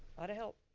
lot of help.